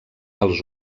als